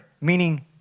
meaning